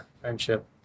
friendship